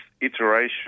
iteration